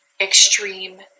extreme